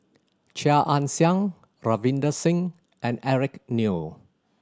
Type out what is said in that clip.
Chia Ann Siang Ravinder Singh and Eric Neo